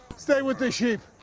stay with the sheep!